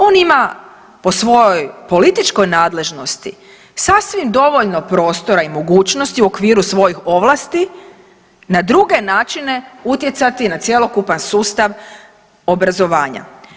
On ima po svojoj političkoj nadležnosti sasvim dovoljno prostora i mogućnosti u okviru svoji ovlasti na druge načine utjecati na cjelokupan sustav obrazovanja.